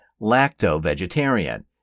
lacto-vegetarian